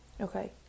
Okay